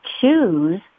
choose